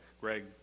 Greg